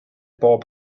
bob